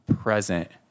present